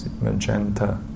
magenta